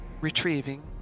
retrieving